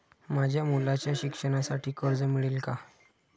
माझ्या मुलाच्या शिक्षणासाठी कर्ज मिळेल काय?